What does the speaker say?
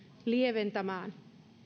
lieventämään